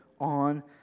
on